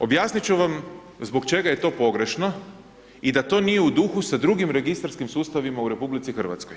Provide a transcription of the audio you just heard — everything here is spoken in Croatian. Objasniti ću vam zbog čega je to pogrešno i da to nije u duhu sa drugim registarskim sustavima u RH.